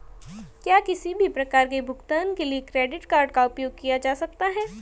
क्या किसी भी प्रकार के भुगतान के लिए क्रेडिट कार्ड का उपयोग किया जा सकता है?